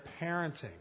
parenting